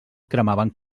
cremaven